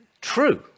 true